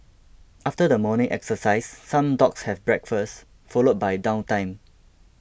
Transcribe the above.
after the morning exercise some dogs have breakfast followed by downtime